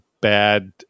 bad